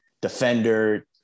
defender